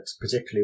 particularly